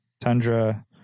Tundra